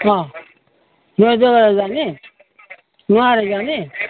नुहाई धुवाई गरेर जाने नुहाएर जाने